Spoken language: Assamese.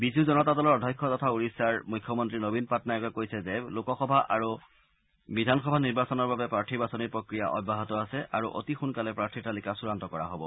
বিজু জনতা দলৰ অধ্যক্ষ তথা উৰিষ্যাৰ মুখ্যমন্ত্ৰী নবীন পাটনায়কে কৈছে যে লোকসভা আৰু বিধানসভা নিৰ্বাচনৰ বাবে প্ৰাৰ্থী বাছনিৰ প্ৰক্ৰিয়া অব্যাহত আছে আৰু অতি সোনকালে প্ৰাৰ্থী তালিকা চূড়ান্ত কৰা হ'ব